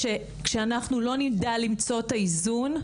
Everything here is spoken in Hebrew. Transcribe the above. כשאנחנו לא נדע למצוא את האיזון,